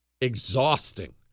exhausting